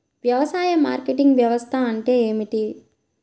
వ్యవసాయ మార్కెటింగ్ వ్యవస్థ అంటే ఏమిటి?